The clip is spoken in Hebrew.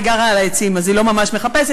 היא גרה על העצים, אז היא לא ממש מחפשת.